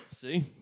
See